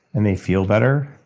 and they feel better,